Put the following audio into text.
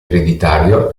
ereditario